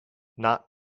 not